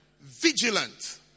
vigilant